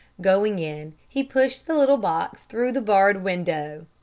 going in, he pushed the little box through the barred window.